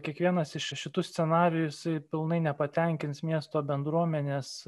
kiekvienas iš šitų scenarijų jisai pilnai nepatenkins miesto bendruomenės